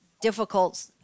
difficult